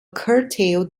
curtailed